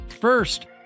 First